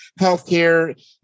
healthcare